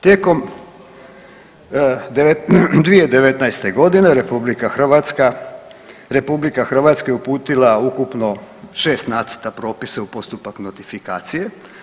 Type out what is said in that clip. Tijekom 2019. godine RH, RH je uputila ukupno 6 nacrta propisa u postupak notifikacije.